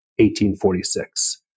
1846